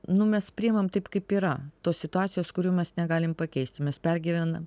nu mes priimam taip kaip yra tos situacijos kurių mes negalim pakeisti mes pergyvenam